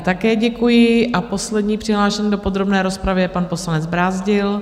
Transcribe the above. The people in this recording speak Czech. Také děkuji a poslední přihlášený do podrobné rozpravy je pan poslanec Brázdil.